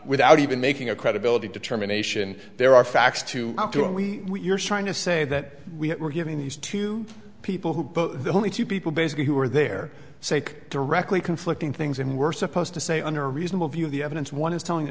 without even making a credibility determination there are facts to do and we are trying to say that we were given these two people who are the only two people basically who are their sake directly conflicting things and we're supposed to say under reasonable view of the evidence one is telling the